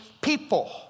people